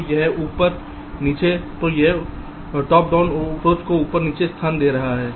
तो यह ऊपर नीचे दृष्टिकोण स्थान दे रहे है